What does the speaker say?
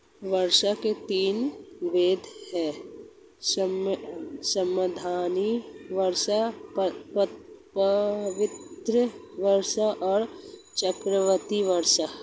वर्षा के तीन भेद हैं संवहनीय वर्षा, पर्वतकृत वर्षा और चक्रवाती वर्षा